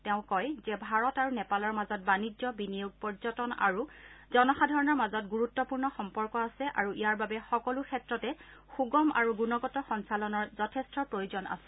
তেওঁ কয় যে ভাৰত আৰু নেপালৰ মাজত বাণিজ্য বিনিয়োগ পৰ্যটন আৰু জনসাধাৰণৰ মাজত গুৰুত্বপূৰ্ণ সম্পৰ্ক আছে আৰু ইয়াৰ বাবে সকলো ক্ষেত্ৰতে সুগম আৰু গুণগত সঞ্চালনৰ যথেষ্ট প্ৰয়োজন আছে